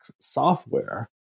software